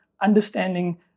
understanding